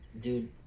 Dude